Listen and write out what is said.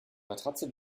matratze